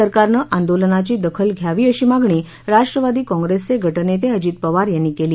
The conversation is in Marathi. सरकारनं आंदोलनाची दखल घ्यावी अशी मागणी राष्ट्रवादी कँप्रेसचे गटनेते अजित पवार यांनी केली